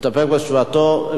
להסתפק בתשובתו.